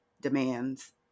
demands